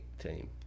team